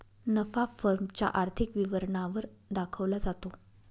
नफा फर्म च्या आर्थिक विवरणा वर दाखवला जातो